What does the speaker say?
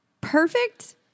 perfect